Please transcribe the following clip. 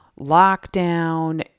lockdown